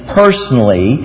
personally